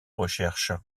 recherches